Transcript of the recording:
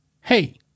hey